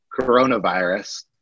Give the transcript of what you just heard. coronavirus